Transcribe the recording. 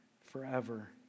forever